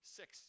six